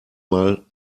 mal